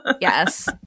Yes